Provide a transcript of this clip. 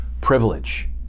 privilege